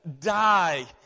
die